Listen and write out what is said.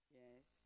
yes